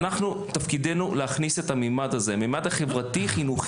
תפקידנו להכניס את הממד הזה, הממד החברתי-חינוכי.